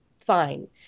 fine